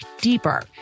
deeper